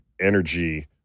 energy